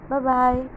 Bye-bye